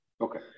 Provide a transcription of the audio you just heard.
Okay